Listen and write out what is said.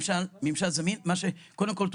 קודם כול,